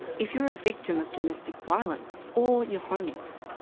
if you're a victim of domestic violence, or you're homeless.